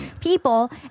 people